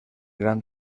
gran